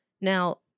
Now